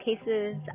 cases